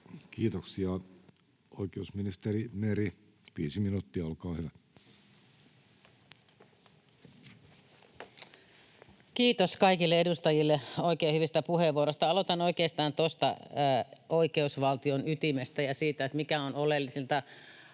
Kiitoksia. — Oikeusministeri Meri, viisi minuuttia, olkaa hyvä. Kiitos kaikille edustajille oikein hyvistä puheenvuoroista. Aloitan oikeastaan tuosta oikeusvaltion ytimestä ja siitä, mikä on oleellisinta.